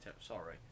Sorry